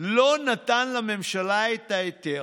לא נתן לממשלה את ההיתר,